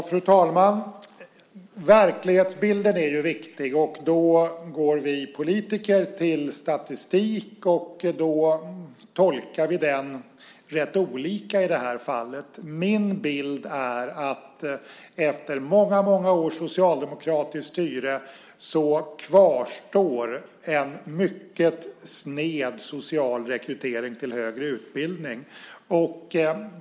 Fru talman! Verklighetsbilden är ju viktig. Vi politiker går till statistik och vi tolkar den rätt olika i det här fallet. Min bild är att efter många års socialdemokratiskt styre kvarstår en mycket sned social rekrytering till högre utbildning.